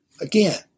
Again